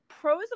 pros